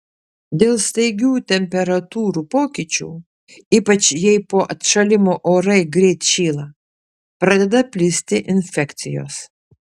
dėl staigių temperatūrų pokyčių ypač jei po atšalimo orai greit šyla pradeda plisti infekcijos